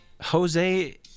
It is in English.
Jose